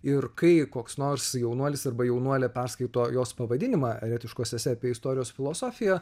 ir kai koks nors jaunuolis arba jaunuolė perskaito jos pavadinimą eretiškos esė apie istorijos filosofiją